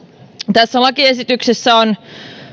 tässä lakiesityksessä on